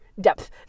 depth